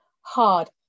hard